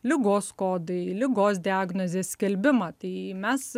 ligos kodai ligos diagnozės skelbimą tai mes